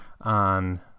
on